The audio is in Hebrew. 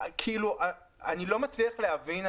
אני לא מצליח להבין,